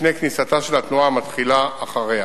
לפני כניסתה של התנועה המתחילה, אחריה.